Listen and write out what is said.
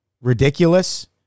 ridiculous